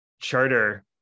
charter